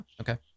okay